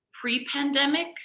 pre-pandemic